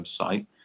website